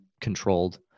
controlled